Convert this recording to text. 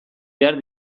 behar